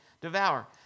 devour